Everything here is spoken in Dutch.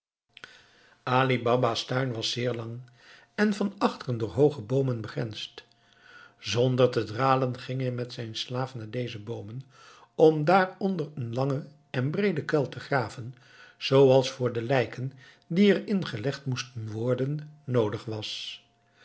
ali baba's tuin was zeer lang en van achteren door hooge boomen begrensd zonder te dralen ging hij met zijn slaaf naar deze boomen om daaronder een langen en breeden kuil te graven zooals voor de lijken die er in gelegd moesten worden noodig was